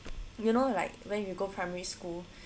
you know like when you go primary school